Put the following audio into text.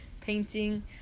painting